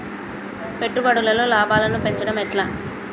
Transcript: పెట్టుబడులలో లాభాలను పెంచడం ఎట్లా?